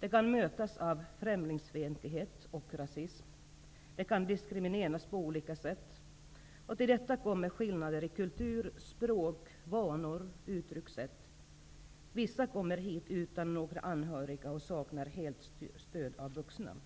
De kan mötas av främlingsfientlighet och rasism, och de kan diskrimineras på olika sätt. Till detta kommer skillnader i kultur, språk, vanor och uttryckssätt. Vissa kommer hit utan några anhöriga och saknar helt stöd av vuxna.